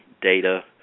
data